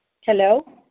Hello